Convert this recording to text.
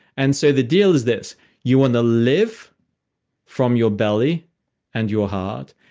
and so the deal is this you want to live from your belly and your heart,